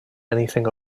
anything